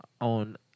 on